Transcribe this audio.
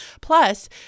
Plus